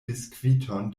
biskviton